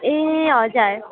ए हजुर